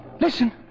listen